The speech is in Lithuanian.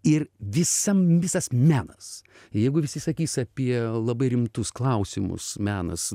ir visam visas menas jeigu visi sakys apie labai rimtus klausimus menas